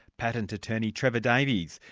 patent attorney trevor davies,